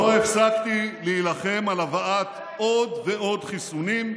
לא הפסקתי להילחם על הבאת עוד ועוד חיסונים.